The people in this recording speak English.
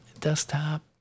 desktop